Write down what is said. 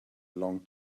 long